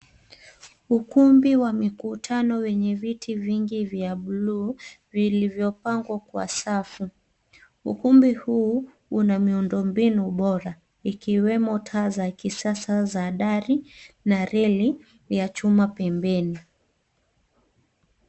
Ukumbi wa mikutano wenye viti vingi vya buluu, vilivyopangwa kwa safu. Ukumbi huu, una miundo mbinu bora, ikiwemo taa za kisasa za dari na reli ya chuma pembeni.